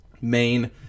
main